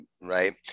right